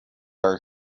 are